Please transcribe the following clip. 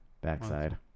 backside